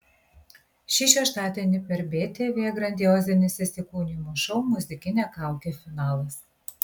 šį šeštadienį per btv grandiozinis įsikūnijimų šou muzikinė kaukė finalas